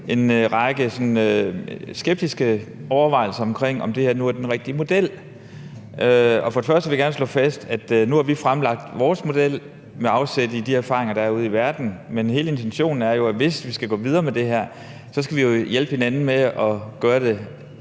en række skeptiske overvejelser om, hvorvidt det her nu er den rigtige model. Jeg vil gerne slå fast, at nu har vi fremlagt vores model med afsæt i de erfaringer, der er ude i verden. Men hele intentionen er jo, at hvis vi skal gå videre med det her, skal vi hjælpe hinanden med at skabe